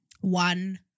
one